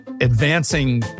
advancing